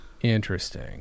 Interesting